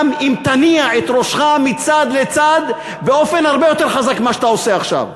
גם אם תניע את ראשך מצד לצד באופן הרבה יותר חזק ממה שאתה עושה עכשיו.